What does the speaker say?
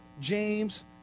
James